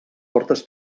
portes